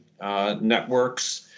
networks